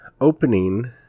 opening